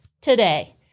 today